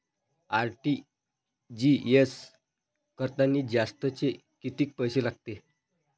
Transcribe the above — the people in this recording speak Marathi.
आर.टी.जी.एस करतांनी जास्तचे कितीक पैसे लागते?